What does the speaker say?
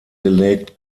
gelegt